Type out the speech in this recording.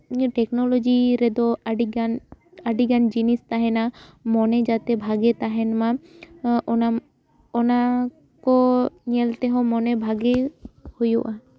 ᱱᱤᱭᱟᱹ ᱴᱮᱠᱱᱳᱞᱚᱡᱤ ᱨᱮᱫᱚ ᱟᱹᱰᱤᱜᱟᱱ ᱟᱹᱰᱤᱜᱟᱱ ᱡᱤᱱᱤᱥ ᱛᱟᱦᱮᱱᱟ ᱢᱚᱱᱮ ᱡᱟᱛᱮ ᱵᱷᱟᱜᱮ ᱛᱟᱦᱮᱱ ᱢᱟ ᱚᱱᱟ ᱚᱱᱟ ᱠᱚ ᱧᱮᱞ ᱛᱮᱦᱚᱸ ᱢᱚᱱᱮ ᱵᱷᱟᱜᱮ ᱦᱩᱭᱩᱜᱼᱟ